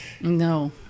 No